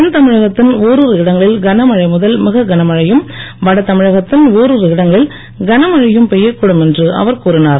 தென் தமிழகத்தின் ஓரிரு இடங்களில் கனமழை முதல் மிக கனமழையும் வட தமிழகத்தின் ஒரிரு இடங்களில் கனமழையும் பெய்யக்கூடும் என்று அவர் கூறினார்